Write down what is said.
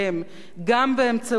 גם באמצעות שביתות,